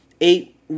eight